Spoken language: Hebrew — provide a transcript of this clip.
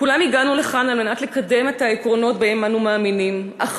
כולנו הגענו לכאן על מנת לקדם את העקרונות שבהם אנו מאמינים אך